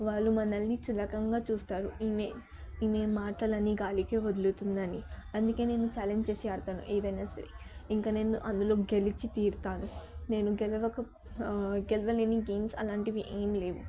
వాళ్ళు మనలని చులకనగా చూస్తారు ఈమె ఈమె మాటలని గాలికి వదులుతుందని అందుకే నేను ఛాలెంజ్ చేసి ఆడతాను ఏదైనా సరే ఇంకా నేను అందులో గెలిచి తీరుతాను నేను గెలవక గెలవలేని గేమ్స్ అలాంటివి ఏమి లేవు